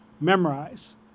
memorize